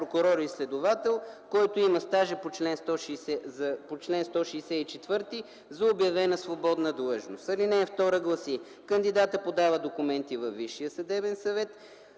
прокурор и следовател, който има стажа по чл. 164 за обявена свободна длъжност.” Алинея 2 гласи: „(2) Кандидатът подава документи във Висшия съдебен съвет.”